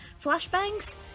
flashbangs